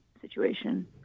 situation